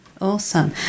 Awesome